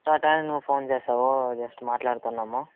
టైమ్కి నువ్వు ఫోన్ చేసావు జస్ట్ మాట్లాడుతున్నాము